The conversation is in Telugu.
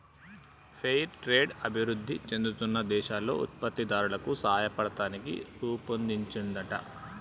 ఫెయిర్ ట్రేడ్ అభివృధి చెందుతున్న దేశాల్లో ఉత్పత్తి దారులకు సాయపడతానికి రుపొన్దించిందంట